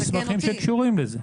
אז אני אעביר לך מסמכים שקשורים לזה.